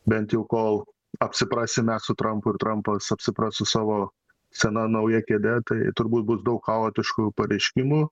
bent jau kol apsiprasime su trampu ir trampas apsipras su savo sena nauja kėde tai turbūt bus daug chaotiškų pareiškimų